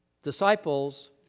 Disciples